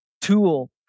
tool